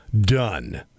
done